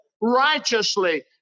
righteously